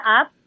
up